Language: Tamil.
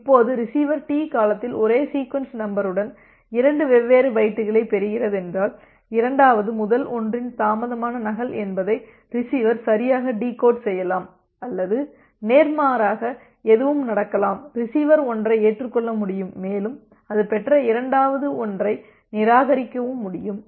இப்போது ரிசீவர் டி காலத்தில் ஒரே சீக்வென்ஸ் நம்பருடன் இரண்டு வெவ்வேறு பைட்டுகளைப் பெறுகிறது என்றால் இரண்டாவது முதல் ஒன்றின் தாமதமான நகல் என்பதை ரிசீவர் சரியாக டிகோட் செய்யலாம் அல்லது நேர்மாறாக எதுவும் நடக்கலாம் ரிசீவர் ஒன்றை ஏற்றுக்கொள்ள முடியும் மேலும் அது பெற்ற இரண்டாவது ஒன்றை நிராகரிக்கவும் முடியும்